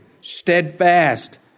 steadfast